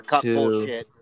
two